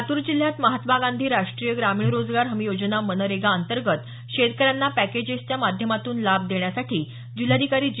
लातूर जिल्ह्यात महात्मा गांधी राष्ट्रीय ग्रामीण रोजगार हमी योजना मनरेगाअंतर्गत शेतकऱ्यांना पॅकेजेसच्या माध्यमातून लाभ देण्यासाठी जिल्हाधिकारी जी